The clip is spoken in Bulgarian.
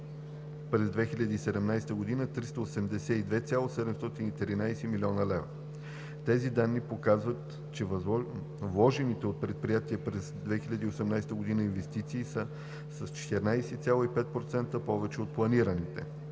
през 2017 г. 382,713 млн. лв. Тези данни показват, че вложените от предприятията през 2018 г. инвестиции са с 14,5% повече от планираните.